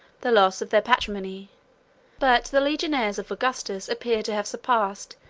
the loss of their patrimony but the legionaries of augustus appear to have surpassed,